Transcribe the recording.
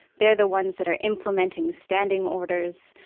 they're the ones that are implementing standing orders,